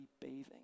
bathing